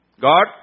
God